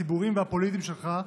הציבוריים והפוליטיים שלך,